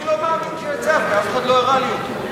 אני לא מאמין שיש צו, כי אף אחד לא הראה לי אותו.